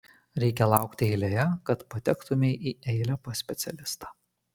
reikia laukti eilėje kad patektumei į eilę pas specialistą